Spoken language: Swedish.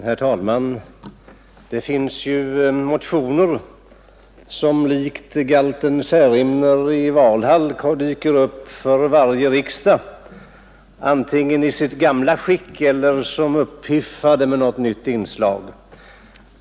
Herr talman! Det finns motioner som — likt galten Särimner i Valhall — dyker upp vid varje riksdag, antingen i sitt gamla skick eller uppiffade med något nytt inslag.